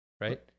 Right